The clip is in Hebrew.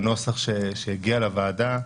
בנוסח שהגיע לוועדה,